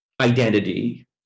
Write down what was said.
identity